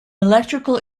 electrical